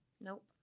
Nope